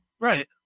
Right